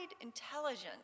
intelligence